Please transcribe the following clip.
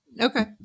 Okay